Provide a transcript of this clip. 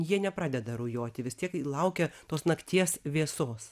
jie nepradeda rujoti vis tiek laukia tos nakties vėsos